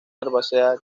herbácea